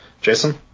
Jason